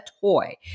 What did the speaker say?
toy